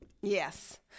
Yes